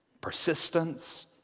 persistence